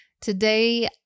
Today